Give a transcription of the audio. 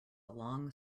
long